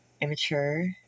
immature